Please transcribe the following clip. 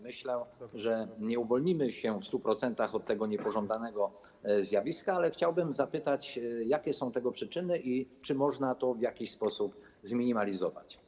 Myślę, że nie uwolnimy się w 100% od tego niepożądanego zjawiska, ale chciałbym zapytać, jakie są tego przyczyny i czy można to w jakiś sposób zminimalizować.